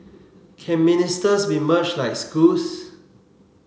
can ministers be merged like schools